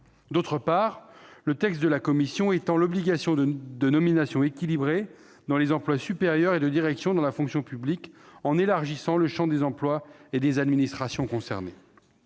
D'autre part, le texte de la commission étend l'obligation de nominations équilibrées dans les emplois supérieurs et de direction de la fonction publique en élargissant le champ des emplois et des administrations concernées.